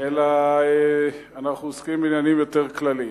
אלא אנחנו עוסקים בעניינים יותר כלליים.